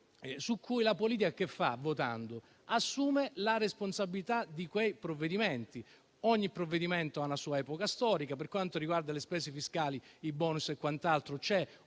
quale la politica, votando, assume la responsabilità dei provvedimenti. Ogni provvedimento ha una sua epoca storica. Per quanto riguarda le spese fiscali, i *bonus* e quant'altro, c'è